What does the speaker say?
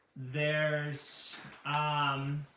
there's hmm,